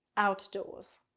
outdoors.